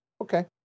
Okay